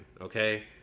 Okay